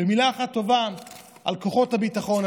ומילה אחת טובה על כוחות הביטחון,